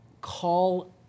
call